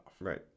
Right